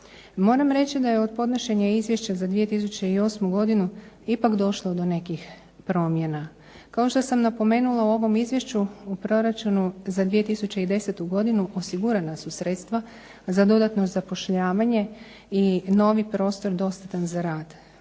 Moram reći da je od podnošenja Izvješća za 2008. godinu ipak došlo do nekih promjena. Kao što sam napomenula u ovom Izvješću u Proračunu za 2010. godinu osigurana su sredstva za dodatno zapošljavanje i novi prostor dostatan za rad.